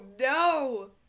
no